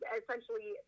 essentially